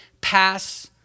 pass